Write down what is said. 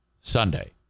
sunday